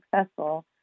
successful